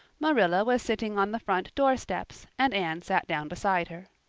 marilla was sitting on the front door-steps and anne sat down beside her.